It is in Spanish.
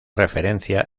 referencia